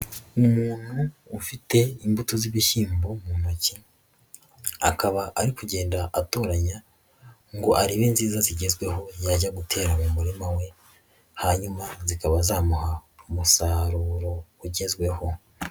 Umuntu ufite imbuto z'ibishyimbo mu ntoki, akaba ari kugenda atoranya ngo arebe inziza zigezweho yajya gutera mu murima we, hanyuma zikaba zamuha umusaruro ugezweho.